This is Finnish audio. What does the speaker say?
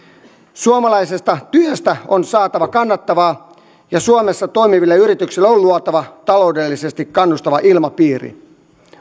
suomalaisesta työstä on saatava kannattavaa ja suomessa toimiville yrityksille on luotava taloudellisesti kannustava ilmapiiri